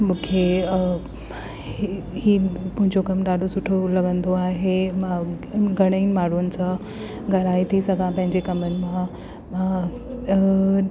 मूंखे इहा मुंहिंजो कमु ॾाढो सुठो लॻंदो आहे मां घणेई माण्हुनि सां ॻाल्हाए थी सघां पंहिंजे कमनि मां मां